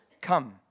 come